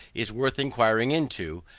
is worth enquiring into,